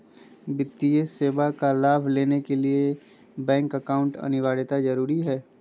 वित्तीय सेवा का लाभ लेने के लिए बैंक अकाउंट अनिवार्यता जरूरी है?